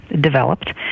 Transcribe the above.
developed